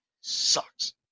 Sucks